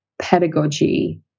pedagogy